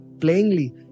plainly